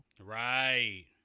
Right